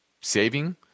saving